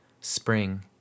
Spring